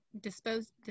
Disposed